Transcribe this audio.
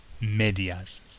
medias